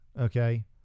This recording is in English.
Okay